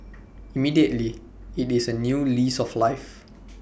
immediately IT is A new lease of life